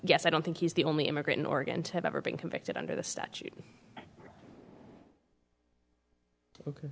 yes i don't think he's the only immigrant in oregon to have ever been convicted under the statute